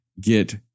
get